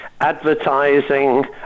advertising